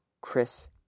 Chris